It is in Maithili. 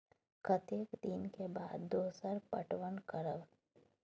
कतेक दिन के बाद दोसर पटवन करब?